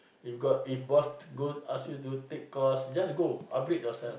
if got if boss go ask you do take course just go upgrade yourself